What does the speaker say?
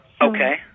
Okay